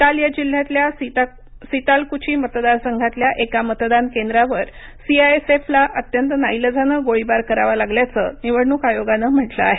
काल या जिल्ह्यातल्या सितालकुची मतदारसंघातल्या एका मतदान केंद्रावर सीआयएसफला अत्यंत नाईलाजानं गोळीबार करावा लागल्याचं निवडणूक आयोगानं म्हटलं आहे